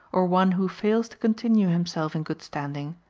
or one who fails to continue himself in good standing,